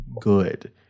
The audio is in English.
good